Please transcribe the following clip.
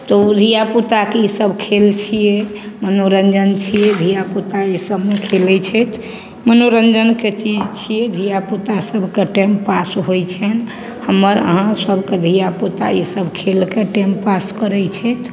तऽ ओ धियापुताके ई सभ खेल छियै मनोरञ्जन छी धियापुता ई सभमे खेलय छथि मनोरञ्जनके चीज छियै धियापुता सभके टाइम पास होइ छनि हमर अहाँ सभके धियापुता ई सभ खेलकऽ टाइम पास करय छथि